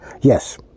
yes